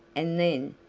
and then,